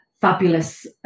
fabulous